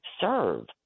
serve